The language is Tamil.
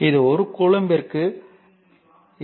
இது 1 கூலம்பிற்கு 26